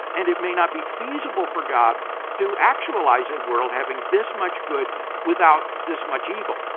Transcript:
and it may not be feasible for god to actualize a world having this much good without this much evil.